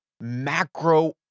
macro